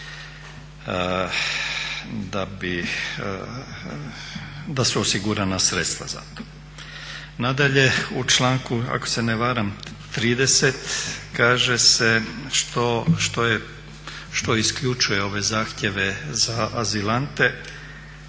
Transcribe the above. da su osigurana sredstva za to. Nadalje, u članku ako se ne varam 30. kaže se što isključuje ove zahtjeve za azilante,